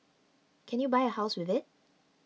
can you buy a house with it